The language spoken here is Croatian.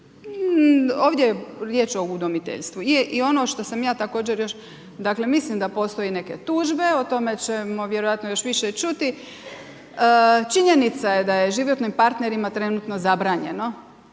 Ovdje je riječ o udomiteljstvu. Je i ono što sam ja također još, dakle mislim da postoje neke tužbe, o tome ćemo vjerojatno još više čuti. Činjenica je da je životnim partnerima trenutno zabranjeno,